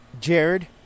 Jared